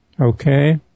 Okay